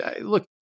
Look